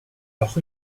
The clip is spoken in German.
loch